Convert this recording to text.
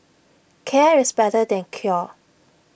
care is better than cure